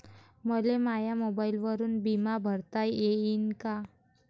मले माया मोबाईलवरून बिमा भरता येईन का?